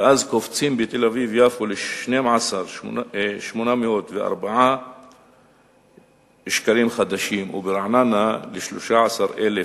ואז קופצים בתל-אביב יפו ל-12,804 שקלים חדשים וברעננה ל-13,900,